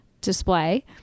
display